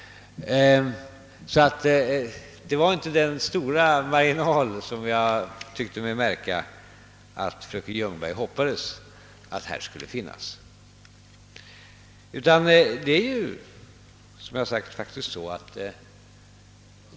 Marginalen var alltså inte så stor, som jag tyckte mig märka att fröken Ljungberg hoppades att den skulle vara.